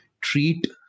treat